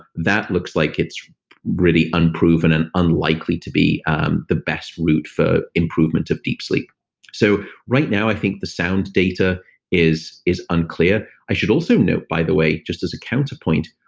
that looks like it's really unproven and unlikely to be um the best route for improvement of deep sleep so right now, i think the sound data is is unclear. i should also note, by the way, just as a counterpoint,